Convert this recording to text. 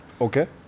Okay